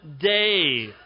day